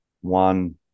one